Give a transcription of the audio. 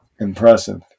Impressive